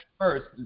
first